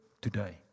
today